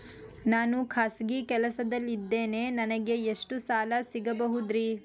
ನಾನು ಖಾಸಗಿ ಕೆಲಸದಲ್ಲಿದ್ದೇನೆ ನನಗೆ ಎಷ್ಟು ಸಾಲ ಸಿಗಬಹುದ್ರಿ?